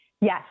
Yes